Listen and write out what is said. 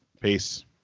Peace